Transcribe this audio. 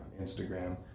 instagram